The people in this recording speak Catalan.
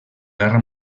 guerra